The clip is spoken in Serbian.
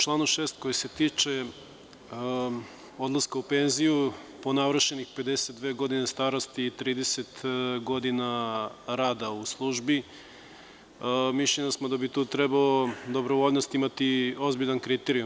U članu 6. koji se tiče odlaska u penziju po navršenih 52 godine starosti i 30 godina rada u službi, mišljenja smo da bi tu trebalo dobrovoljnost imati ozbiljan kriterijum.